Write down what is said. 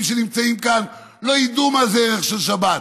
שנמצאים כאן לא ידעו מה זה ערך של שבת.